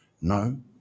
No